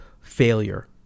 failure